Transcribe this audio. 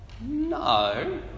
No